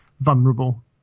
vulnerable